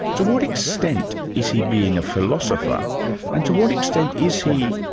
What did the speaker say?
to what extent is he being a philosopher and to what extent is he,